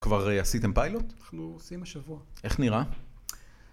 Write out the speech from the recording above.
כבר עשיתם פיילוט? אנחנו עושים השבוע. איך נראה?